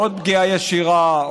עוד פגיעה ישירה,